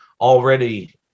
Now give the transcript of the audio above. already